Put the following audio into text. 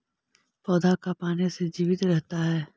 पौधा का पाने से जीवित रहता है?